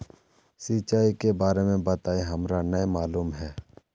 सिंचाई के बारे में बताई हमरा नय मालूम है?